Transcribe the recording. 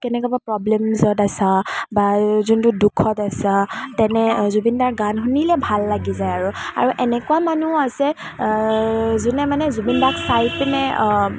কেনেকুৱা বা প্ৰবলেমছ অত আছা বা যোনটো দুখত আছা তেনে জুবিন দাৰ গান শুনিলে ভাল লাগি যায় আৰু আৰু এনেকুৱা মানুহো আছে যোনে মানে জুবিন দাক চাই পিনে